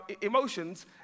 emotions